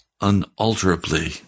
unalterably